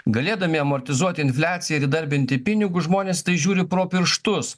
galėdami amortizuoti infliaciją ir įdarbinti pinigus žmonės į tai žiūri pro pirštus